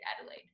Adelaide